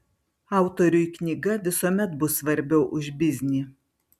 autoriui knyga visuomet bus svarbiau už biznį